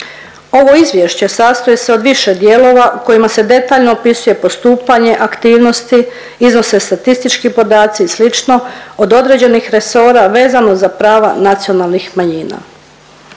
Ovo izvješće sastoji se od više dijelova u kojima se detaljno opisuje postupanje aktivnosti, iznose statistički podaci i sl. od određenih resora vezano za prava nacionalnih manjina.